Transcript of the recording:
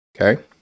Okay